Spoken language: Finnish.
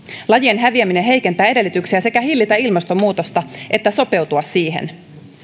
lajien häviäminen heikentää edellytyksiä sekä hillitä ilmastonmuutosta että sopeutua siihen